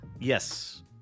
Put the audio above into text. Yes